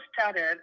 started